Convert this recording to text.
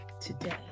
today